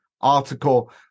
article